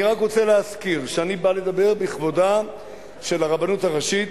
אני רק רוצה להזכיר שאני בא לדבר בכבודה של הרבנות הראשית,